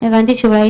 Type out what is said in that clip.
זכות הדיבור.